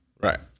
right